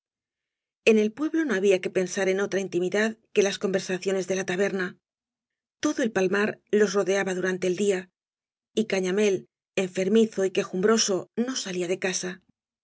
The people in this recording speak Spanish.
en el pueblo no había que pensar en otra intimidad que las conversaciones de la taberna todo el palmar los rodeaba durante el día y gaña mil enfermizo y quejumbroso no salía de casa